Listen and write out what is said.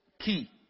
key